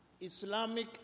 Islamic